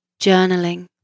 Journaling